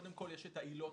אפשר לסיים את הדיון.